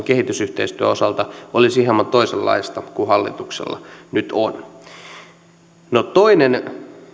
kehitysyhteistyön osalta olisi hieman toisenlaista kuin hallituksella nyt on toinen